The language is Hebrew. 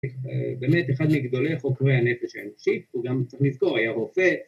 באמת אחד מגדולי חוקרי הנפש האנושי וגם צריך לזכור היה רופא